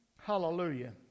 hallelujah